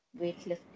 weightlifting